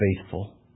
faithful